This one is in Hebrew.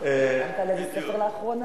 על איזה ספר לאחרונה?